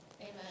amen